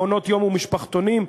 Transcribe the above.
מעונות-יום ומשפחתונים,